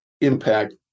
impact